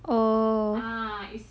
oh